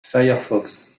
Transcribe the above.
firefox